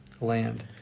land